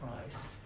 Christ